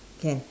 can